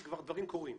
כי כבר הדברים קורים.